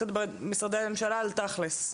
אנחנו נתחיל לדבר עם משרדי הממשלה על תכלס,